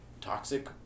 toxic